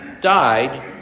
died